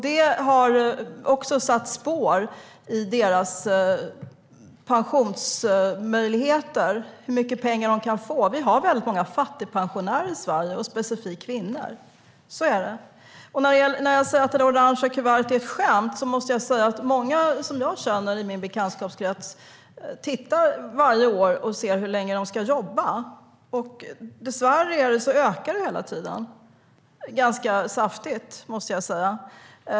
Det har också satt spår i deras pensionsmöjligheter - hur mycket de kan få. Vi har många fattigpensionärer i Sverige, specifikt kvinnor. Så är det. När jag säger att det orange kuvertet är ett skämt menar jag att många i min bekantskapskrets varje år tittar i kuvertet och ser hur länge de ska jobba. Dessvärre ökar det hela tiden ganska saftigt.